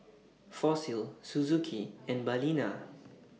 Fossil Suzuki and Balina